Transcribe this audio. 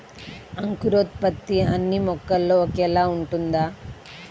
అంకురోత్పత్తి అన్నీ మొక్కల్లో ఒకేలా ఉంటుందా?